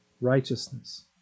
Righteousness